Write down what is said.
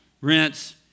rinse